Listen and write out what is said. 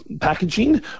packaging